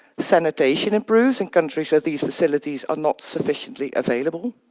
sanitation improves in countries where these facilities are not sufficiently available.